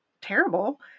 terrible